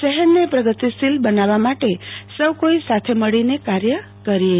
શહેરને પ્રગતિશીલ બનાવવા માટે સૌ કોઈ સાથે મળીને કાર્ય કરે